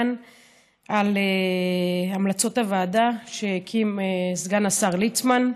על המלצות הוועדה שהקים סגן השר ליצמן,